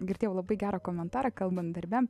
girdėjau labai gerą komentarą kalbant darbe